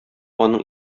аның